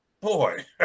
boy